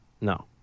No